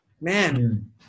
Man